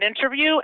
interview